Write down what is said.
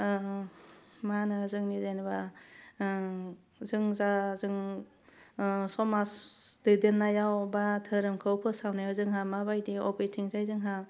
मा होनो जोंनि जेनेबा जों जा जों समाज दैदेन्नायाव बा धोरोमखौ फोसावनायाव जोंहा माबायदि अबेथिंजाय जोंहा